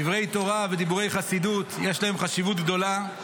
דברי תורה ודברי חסידות, יש להם חשיבות גדולה.